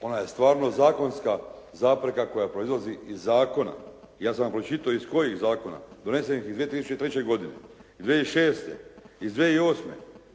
Ona je stvarno zakonska zapreka koja proizlazi iz zakona. Ja sam pročitao iz kojih zakona? Donesenih 2003. godine, 2006. Iz 2008. 103